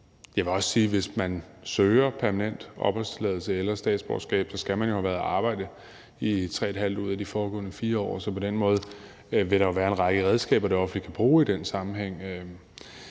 jeg vil også sige, at hvis man søger om permanent opholdstilladelse eller statsborgerskab, skal man have været i arbejde i 3½ ud af de foregående 4 år. Så på den måde vil der jo være en række redskaber, som det offentlige kan bruge i den sammenhæng.